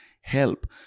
help